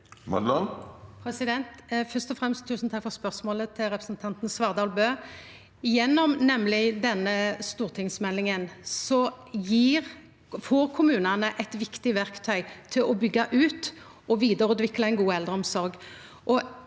Fyrst og fremst: Tusen takk for spørsmålet frå representanten Svardal Bøe. Gjennom denne stortingsmeldinga får kommunane eit viktig verktøy til å byggja ut og vidareutvikla ein god eldreomsorg.